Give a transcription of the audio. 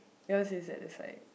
yours is at the side